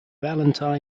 valentine